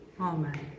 Amen